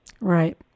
Right